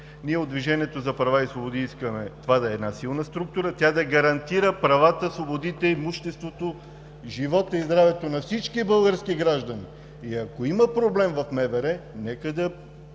Ние от „Движението за права и свободи“ искаме това да е една силна структура, тя да гарантира правата, свободите, имуществото, живота и здравето на всички български граждани. И ако има проблем в МВР, нека да